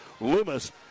Loomis